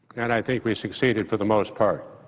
and i think we succeeded for the most part.